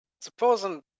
Supposing